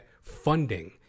funding